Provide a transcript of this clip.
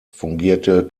fungierte